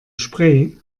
spray